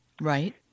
Right